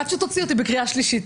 עד שתוציא אותי בקריאה שלישית.